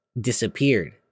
disappeared